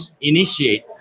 initiate